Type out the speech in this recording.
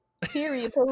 Period